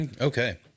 okay